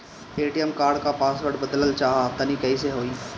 ATM card क password बदलल चाहा तानि कइसे होई?